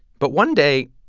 but one day,